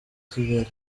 kigali